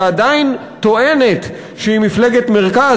שעדיין טוענת שהיא מפלגת מרכז,